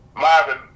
Marvin